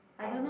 oh